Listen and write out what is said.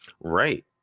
Right